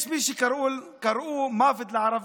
יש מי שקראו "מוות לערבים",